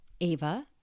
Ava